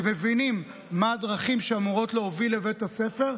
מבינים מה הדרכים שאמורות להוביל לבית הספר,